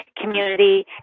community